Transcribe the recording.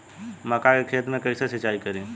मका के खेत मे कैसे सिचाई करी?